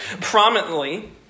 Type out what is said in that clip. prominently